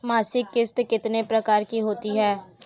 मासिक किश्त कितने प्रकार की होती है?